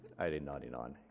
1899